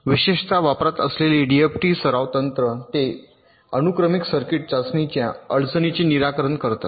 विशेषत वापरात असलेली डीएफटी सराव तंत्र ते अनुक्रमिक सर्किट चाचणीच्या अडचणीचे निराकरण करतात